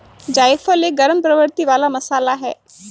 जायफल एक गरम प्रवृत्ति वाला मसाला है